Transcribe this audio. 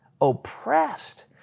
oppressed